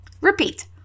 Repeat